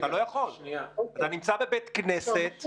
אתה נמצא בבית כנסת,